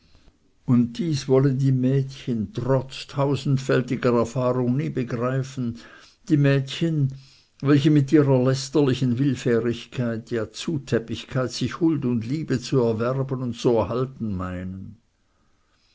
und dies wollen die mädchen trotz tausendfältiger erfahrung nie begreifen die mädchen welche mit ihrer lästerlichen willfährigkeit ja zutäppigkeit sich huld und liebe zu erwerben und zu erhalten meinen